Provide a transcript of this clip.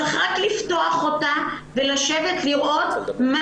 צריך רק לפתוח אותה ולשבת לראות מה